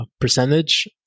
percentage